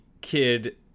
kid